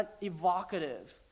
evocative